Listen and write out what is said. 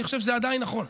אני חושב שזה עדיין נכון.